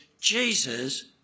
Jesus